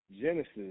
Genesis